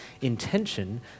intention